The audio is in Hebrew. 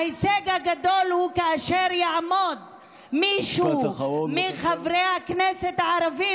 ההישג הגדול הוא כאשר יעמוד מישהו מחברי הכנסת הערבים,